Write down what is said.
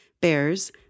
bears